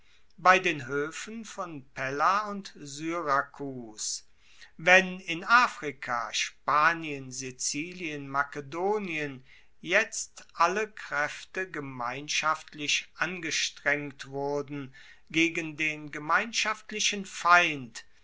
bei den hoefen von pella und syrakus wenn in afrika spanien sizilien makedonien jetzt alle kraefte gemeinschaftlich angestrengt wurden gegen den gemeinschaftlichen feind